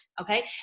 okay